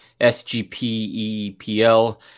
SGPEPL